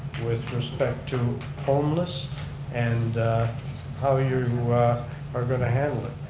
with respect to homeless and how you are going to handle it.